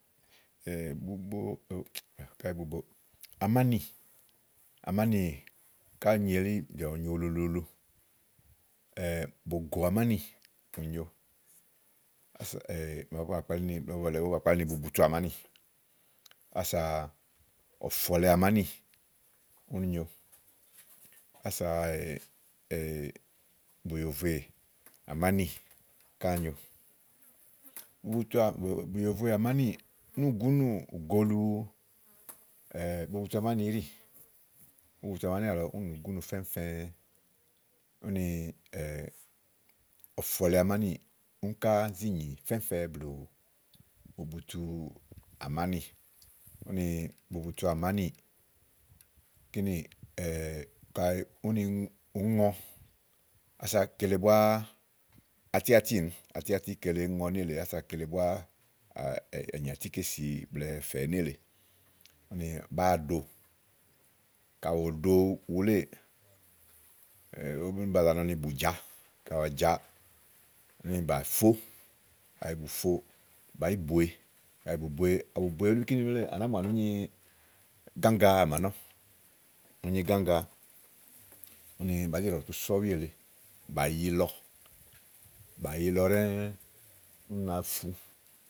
bubobo, káyí bubo, amánì, amánì ká àá nyi elí bìà bù nyo ulu luulu bògòàmánì màa ówó ba kpalí ni bubutu àmánì ása ɔ̀fɔ̀ lèe àmánì, úni nyo ása bùyòvoè àmánì kíni ká a nyo bubutu à bùyòvoe àmánì, núùgúnù ù go ulu bubutuàmáni íɖì bubutu amání àlɔ úni nòo gúnu fɛ̀fɛ̃ úni ɔ̀fɔ̀ lèe àmánì úni ká zi nyì fɛ́fɛ̃ blù bubutu àmánì. úni bubutuàmánì kínì kayi úni ùú ŋɔ ása kele búá atíátí nùú atíatí kele èé ŋɔ nélèe ása kele bua nyì àtikésì blɛ̀ɛ fɛ̀ nélèe úni bàáa ɖo, ka òɖo wúléè úni ówó ba za nɔ ni bù ja ka à ja wuléè úni bà fó kayi bù fo, bàá yi bùe kayi bù bue ànàáa mù ni ùú nyi gágaa à mà nɔ̀ ùú nyi gága úni bàá zi ɖɔ̀ɖɔ̀ tu so ɔ̀wì èle bà yilɔ, bà yilɔ ɖɛ́ɛ́ ú nàá fu.